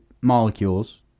molecules